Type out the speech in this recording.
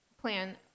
plan